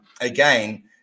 Again